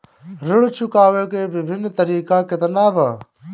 ऋण चुकावे के विभिन्न तरीका केतना बा?